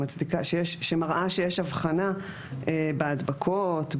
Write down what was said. שמראה שיש אבחנה בהדבקות,